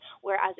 whereas